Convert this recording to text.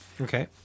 Okay